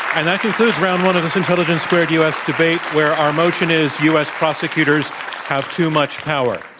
and that concludes round one of this intelligence squared u. s. debate where our motion is u. s. prosecutors have too much power.